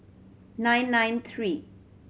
nine nine three